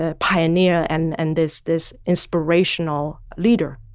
ah pioneer and and this this inspirational leader,